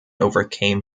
overcame